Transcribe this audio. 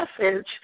message